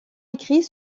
écrit